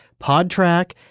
PodTrack